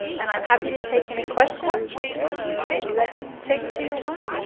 and i'm happy to take any questions hopefully that didn't take too long